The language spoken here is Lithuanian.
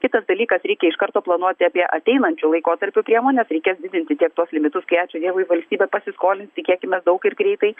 kitas dalykas reikia iš karto planuoti apie ateinančių laikotarpių priemones reikės didinti tiek tuos limitus kai ačiū dievui valstybė pasiskolins tikėkimės daug ir greitai